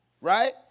Right